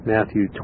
Matthew